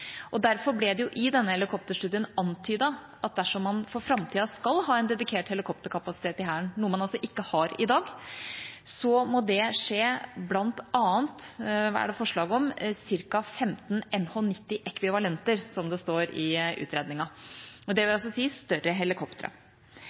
og derfor ble det i denne helikopterstudien antydet at dersom man for framtida skal ha en dedikert helikopterkapasitet i Hæren, noe man altså ikke har i dag, må det skje, er det forslag om, ved ca. 15 NH90-ekvivalenter, som det står i utredningen. Det vil